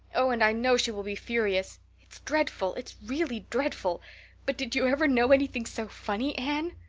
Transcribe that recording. oh, and i know she will be furious. it's dreadful it's really dreadful but did you ever know anything so funny, anne?